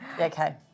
okay